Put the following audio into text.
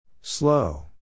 Slow